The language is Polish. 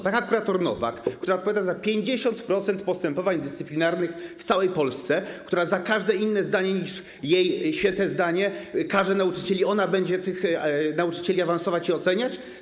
Taka kurator Nowak, która odpowiada za 50% postępowań dyscyplinarnych w całej Polsce, która za każde inne zdanie niż jej święte zdanie karze nauczycieli, będzie tych nauczycieli awansować i oceniać?